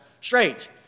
straight